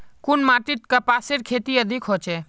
कुन माटित कपासेर खेती अधिक होचे?